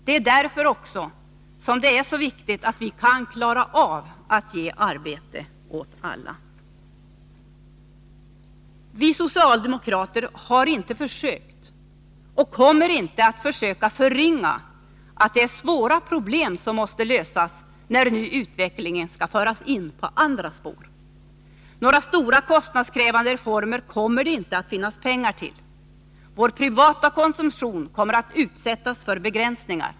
Det är också därför som det är så viktigt att vi kan klara av att ge arbete åt alla. Vi socialdemokrater har inte försökt och kommer inte att försöka förringa påpekanden om att det är svåra problem som måste lösas när nu utvecklingen skall föras in på andra spår. Några stora kostnadskrävande reformer kommer det inte att finnas pengar till. Vår privata konsumtion kommer att utsättas för begränsningar.